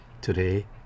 today